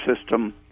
system